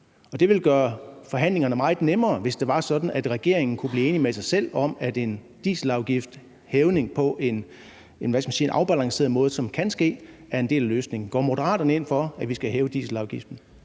det ville gøre forhandlingerne meget nemmere, hvis det var sådan, at regeringen kunne blive enig med sig selv om, at en hævning af dieselafgiften på en afbalanceret måde var en del af løsningen. Går Moderaterne ind for, at vi skal hæve dieselafgiften?